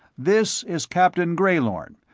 this is captain greylorn,